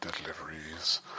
deliveries